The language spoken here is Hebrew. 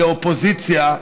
כאופוזיציה,